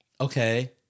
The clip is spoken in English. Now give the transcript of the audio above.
okay